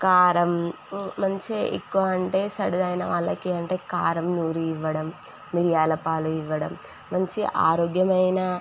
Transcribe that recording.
కారం మంచిగా ఎక్కువ అంటే సర్ది అయిన వాళ్ళకి అంటే కారం నూరి ఇవ్వడం మిరియాల పాలు ఇవ్వ డం మంచి ఆరోగ్యమైన